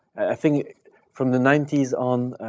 i think from the ninety s on,